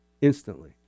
instantly